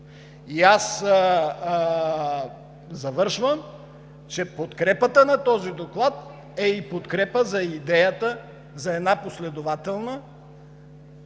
Завършвам, че подкрепата на този доклад е и подкрепа за идеята за една последователна